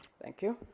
thank you,